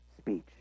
speech